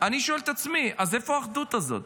אני שואל את עצמי: אז איפה האחדות הזו?